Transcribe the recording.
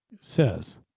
says